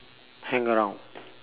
hang around